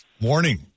morning